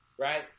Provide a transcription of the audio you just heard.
right